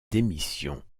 démission